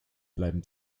bleiben